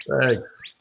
Thanks